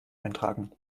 eintragen